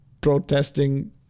protesting